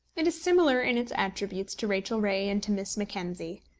it is similar in its attributes to rachel ray and to miss mackenzie.